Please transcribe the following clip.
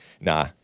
Nah